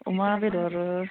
अमा बेदर